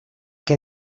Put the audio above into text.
que